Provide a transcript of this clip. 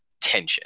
tension